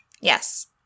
Yes